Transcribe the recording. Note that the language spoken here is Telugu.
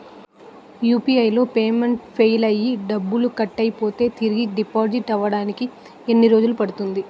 యు.పి.ఐ లో పేమెంట్ ఫెయిల్ అయ్యి డబ్బులు కట్ అయితే తిరిగి డిపాజిట్ అవ్వడానికి ఎన్ని రోజులు పడుతుంది?